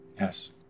Yes